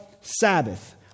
Sabbath